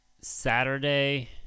Saturday